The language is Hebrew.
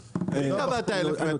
מי קבע את ה- 1,000 מטר?